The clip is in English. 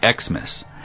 Xmas